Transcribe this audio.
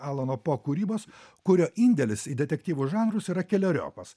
alano po kūrybos kurio indėlis į detektyvų žanrus yra keleriopas